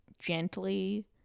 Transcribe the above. gently